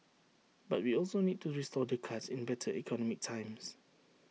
but we also need to restore the cuts in better economic times